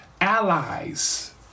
allies